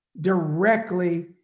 directly